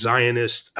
Zionist